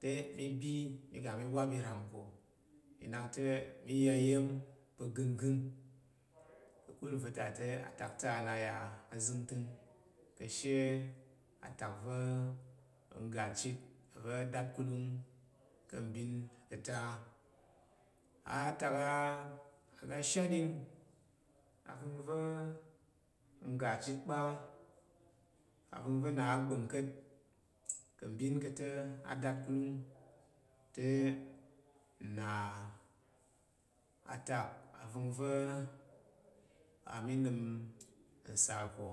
Te mi bi mi ga mi wap iram ko, nna nak te mi ya iya̱n pa̱ ganggan. Ka̱kul nva ta te tak ta na ya azəngtəng ka̱she atak va̱ n ga chit va̱ dathulung ka̱ mbin ka̱ ta̱ a’. Atak oga ashaɗang ovəngva nga chit kpa̱, avəngva na’ a gbang ka̱t, ka̱ mbin ka̱ ndatkulung te, nna atak awəngva̱nna mi nəm nsal ko.